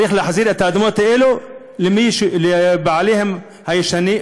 צריך להחזיר את האדמות האלה לבעליהן המקוריים,